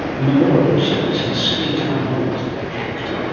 a memorial service in sydney town hall was packed.